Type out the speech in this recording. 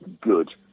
good